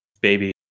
baby